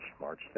March